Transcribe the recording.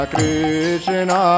Krishna